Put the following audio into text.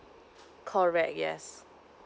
correct yes